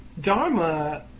Dharma